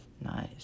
Nice